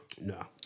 No